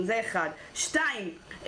שתיים,